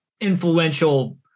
influential